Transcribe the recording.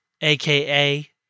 aka